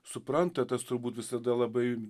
supranta tas turbūt visada labai